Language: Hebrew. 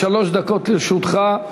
שלוש דקות לרשותך,